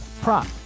prop